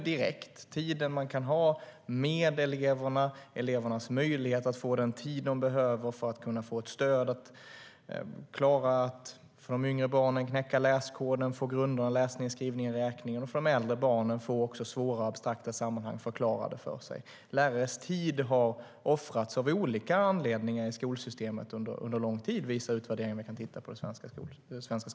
Det handlar om tiden med eleverna, elevernas möjligheter att få den tid de behöver för att få stöd, för de yngre barnen att knäcka läskoden, få grunder i läsning, skrivning och räkning, för de äldre barnen att få svårare abstrakta sammanhang förklarade för sig. Lärares tid har av olika anledningar under lång tid offrats i skolsystemet, visar utvärderingar av det svenska skolsystemet.